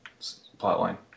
plotline